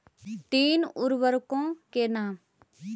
तीन उर्वरकों के नाम?